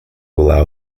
allow